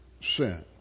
sin